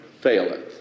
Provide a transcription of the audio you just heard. faileth